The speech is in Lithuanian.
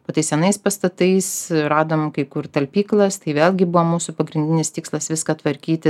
po tais senais pastatais radom kai kur talpyklas tai vėlgi buvo mūsų pagrindinis tikslas viską tvarkyti